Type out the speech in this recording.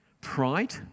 pride